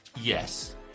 yes